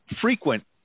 Frequent